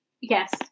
Yes